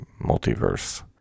multiverse